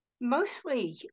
Mostly